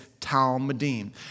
Talmudim